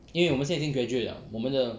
因为我们现在已经 graduate 了我们的